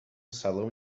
salão